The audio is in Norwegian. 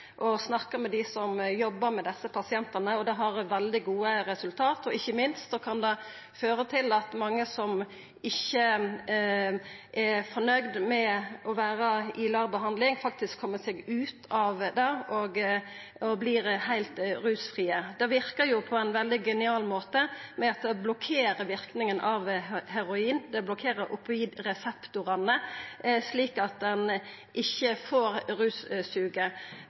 og snakka med dei som jobbar med desse pasientane, og dei har veldig gode resultat. Ikkje minst kan det føra til at mange som ikkje er fornøgde med å vera i LAR-behandling, kjem seg ut av det og vert heilt rusfrie. Det verkar på ein veldig genial måte, ved at det blokkerer verknaden av heroin, det blokkerer opioidreseptorane, slik at ein ikkje får russuget.